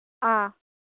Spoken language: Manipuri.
ꯑꯥ